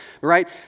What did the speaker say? right